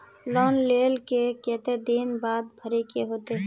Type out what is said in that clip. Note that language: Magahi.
लोन लेल के केते दिन बाद भरे के होते?